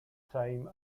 time